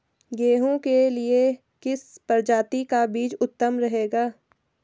गेहूँ के लिए किस प्रजाति का बीज उत्तम रहेगा?